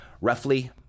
roughly